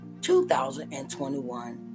2021